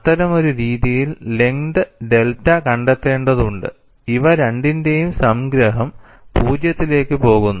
അത്തരമൊരു രീതിയിൽ length delta കണ്ടെത്തേണ്ടതുണ്ട് ഇവ രണ്ടിന്റെയും സംഗ്രഹം പൂജ്യത്തിലേക്ക് പോകുന്നു